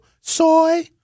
soy